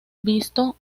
visto